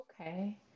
Okay